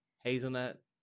Hazelnut